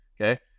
Okay